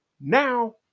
Now